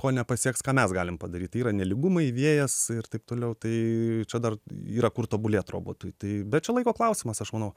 ko nepasieks ką mes galim padaryt yra nelygumai vėjas ir taip toliau tai čia dar yra kur tobulėt robotui tai bet čia laiko klausimas aš manau